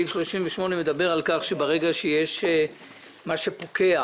ברגע שמשהו פוקע